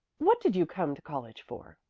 what did you come to college for?